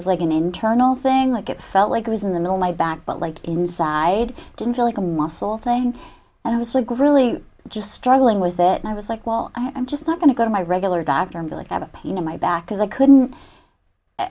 was like an internal thing like it felt like it was in the middle my back but like inside didn't feel like a muscle thing and i was like really just struggling with it and i was like well i'm just not going to go to my regular doctor ability have a pain in my back because i couldn't